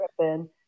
tripping